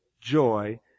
joy